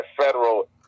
federal